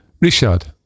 Richard